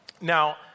Now